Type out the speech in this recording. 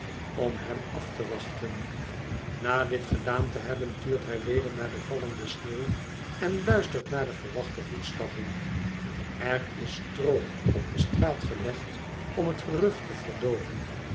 om hem af te wachten na dit gedaan te hebben tuurt hij weder naar de vallende sneeuw en luistert naar de verwachte voetstappen er is stroo op de straat gelegd om het gerucht te verdooven